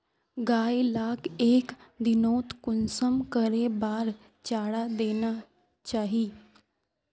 गाय लाक एक दिनोत कुंसम करे बार चारा देना चही?